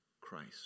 Christ